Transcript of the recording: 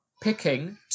picking